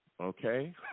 okay